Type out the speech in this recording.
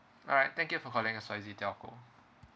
alright thank you for calling X Y Z telco